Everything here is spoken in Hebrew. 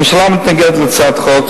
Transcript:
הממשלה מתנגדת להצעת החוק,